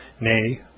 nay